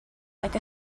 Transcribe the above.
like